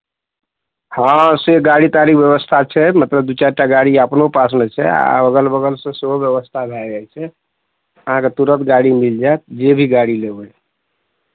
हँ से गाड़ी ताड़ीके व्यवस्था छै मतलब दू चारि टा गाड़ी अपनो पासमे छै आ अगल बगलसँ सेहो व्यवस्था भए जाइ छै अहाँकेँ तुरन्त गाड़ी मिल जायत जे भी गाड़ी लेबै